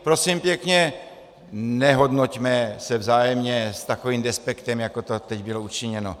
Prosím pěkně, nehodnoťme se vzájemně s takovým despektem, jako to teď bylo učiněno.